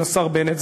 של השר בנט,